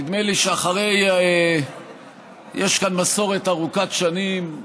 נדמה לי שיש כאן מסורת ארוכת שנים,